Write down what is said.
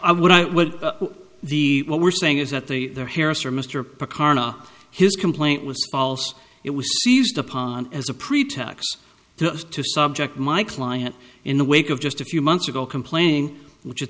i would i would the what we're saying is that they are harris or mr karna his complaint was false it was seized upon as a pretext to subject my client in the wake of just a few months ago complaining which i